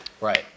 Right